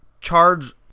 charge